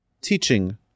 teaching